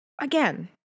again